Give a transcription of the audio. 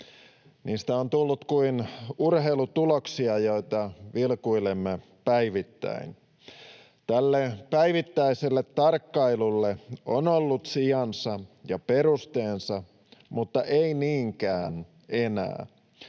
Niistä on tullut kuin urheilutuloksia, joita vilkuilemme päivittäin. Tälle päivittäiselle tarkkailulle on ollut sijansa ja perusteensa, mutta ei niinkään enää.